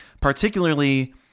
Particularly